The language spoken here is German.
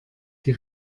die